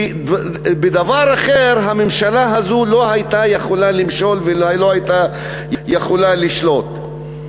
כי בדבר אחר הממשלה הזו לא הייתה יכולה למשול ולא הייתה יכולה לשלוט.